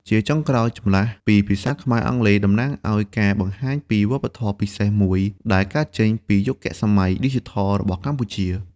ជាចុងក្រោយ ចម្លាស់ពីភាសាខ្មែរ-អង់គ្លេស តំណាងឱ្យការបង្ហាញពីវប្បធម៌ពិសេសមួយ ដែលកើតចេញពីយុគសម័យឌីជីថលរបស់កម្ពុជា។